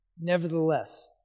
Nevertheless